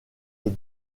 les